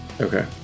Okay